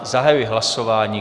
Zahajuji hlasování.